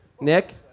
Nick